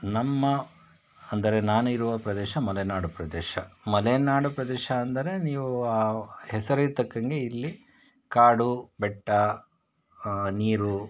ನಮ್ಮ ಅಂದರೆ ನಾನಿರುವ ಪ್ರದೇಶ ಮಲೆನಾಡು ಪ್ರದೇಶ ಮಲೆನಾಡು ಪ್ರದೇಶ ಅಂದರೆ ನೀವು ಹೆಸರಿಗೆ ತಕ್ಕಂಗೆ ಇಲ್ಲಿ ಕಾಡು ಬೆಟ್ಟ ನೀರು